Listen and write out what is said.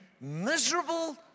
miserable